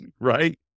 right